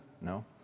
No